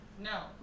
No